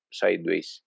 sideways